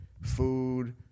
food